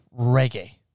reggae